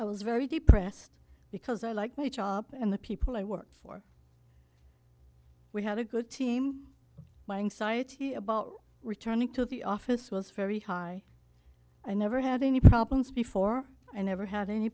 i was very depressed because i like my job and the people i work for we had a good team my anxiety about returning to the office was very high i never had any problems before and never had any